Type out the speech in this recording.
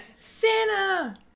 Santa